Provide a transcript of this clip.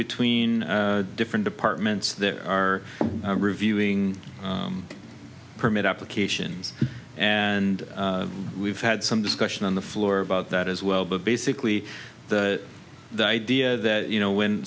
between different departments there are reviewing permit applications and we've had some discussion on the floor about that as well but basically the idea that you know when